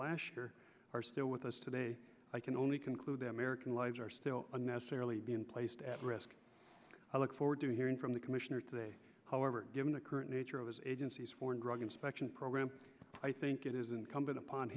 year are still with us today i can only conclude that american lives are still unnecessarily being placed at risk i look forward to hearing from the commissioner today however given the current nature of his agency's foreign drug inspection program i think it is incumbent upon